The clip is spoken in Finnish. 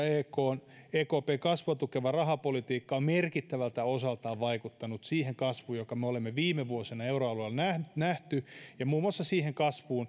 ekpn kasvua tukeva rahapolitiikka on merkittävältä osaltaan vaikuttanut siihen kasvuun jonka me olemme viime vuosina euroalueella nähneet ja muun muassa